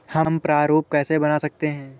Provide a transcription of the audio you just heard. हम प्रारूप कैसे बना सकते हैं?